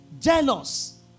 Jealous